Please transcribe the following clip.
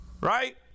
right